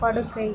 படுக்கை